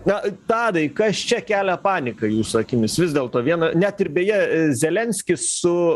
na tadai kas čia kelia paniką jūsų akimis vis dėlto viena net ir beje zelenskis su